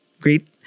Great